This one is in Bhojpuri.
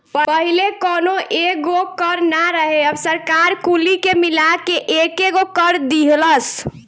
पहिले कौनो एगो कर ना रहे अब सरकार कुली के मिला के एकेगो कर दीहलस